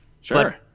Sure